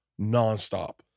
nonstop